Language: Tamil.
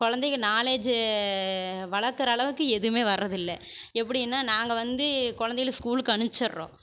கொழந்தைக நாலேஜு வளர்க்கற அளவுக்கு எதுவுமே வர்றதில்லை எப்படின்னால் நாங்கள் வந்து கொழந்தைங்கள ஸ்கூலுக்கு அனுப்பிச்சிட்றோம்